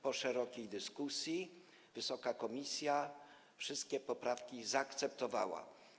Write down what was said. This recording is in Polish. Po szerokiej dyskusji wysoka komisja wszystkie poprawki zaakceptowała.